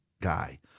guy